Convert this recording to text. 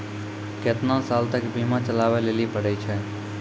केतना साल तक बीमा चलाबै लेली पड़ै छै?